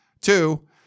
Two